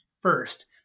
first